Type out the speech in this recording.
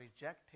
reject